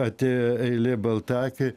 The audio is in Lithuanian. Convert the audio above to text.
atėjo eilė baltakiui